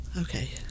Okay